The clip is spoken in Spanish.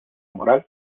moral